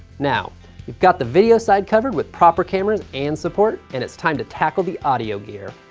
now you've got the video side covered with proper cameras and support, and it's time to tackle the audio gear.